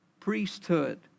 priesthood